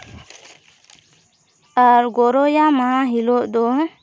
ᱟᱨ ᱜᱚᱨᱚᱭᱟ ᱢᱟᱦᱟ ᱦᱤᱞᱳᱜ ᱫᱚ